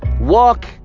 Walk